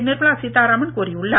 நிர்மலா சீத்தாராமன் கூறியுள்ளார்